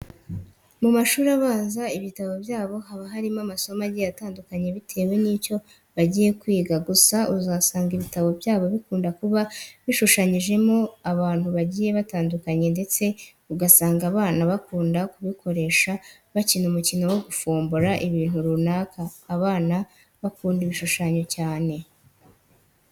Mu mashuri abanza, ibitabo byabo haba harimo amasomo agiye atandukanye bietewe n'icyo bagiye kwiga. Gusa uzasanga ibitabo byabo bikunda kuba bishushanyijemo abantu bagiye batandukanye ndetse ugasanga abana bakunda kubikoresha bakina umukino wo gufombora ibintu runaka. Abana bakunda ibishushanyo cyane.